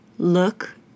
Look